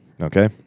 okay